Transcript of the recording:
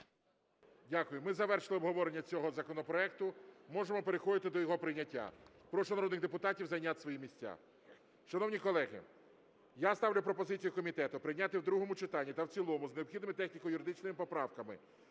Дякую. Ми завершили обговорення цього законопроекту. Можемо переходити до його прийняття. Прошу народних депутатів зайняти свої місця. Шановні колеги, я ставлю пропозицію комітету прийняти в другому читанні та в цілому з необхідними техніко-юридичними поправками